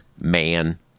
man